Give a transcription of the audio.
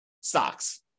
stocks